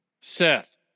Seth